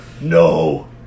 No